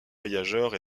voyageurs